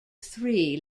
three